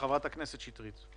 חברת הכנסת שטרית.